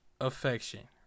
affection